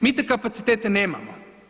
Mi te kapacitete nemamo.